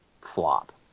flop